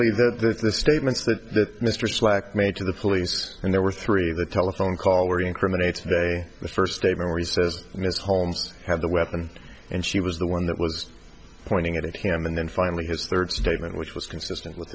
there's the statements that mr slack made to the police and there were three the telephone call or incriminates today the first statement where he says ms holmes had the weapon and she was the one that was pointing it at cam and then finally his third statement which was consistent with